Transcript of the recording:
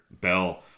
Bell